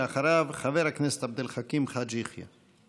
אחריו, חבר הכנסת עבד אל חכים חאג' יחיא.